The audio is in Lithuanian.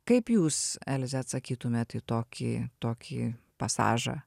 kaip jūs elze atsakytumėt į tokį tokį pasažą